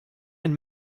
and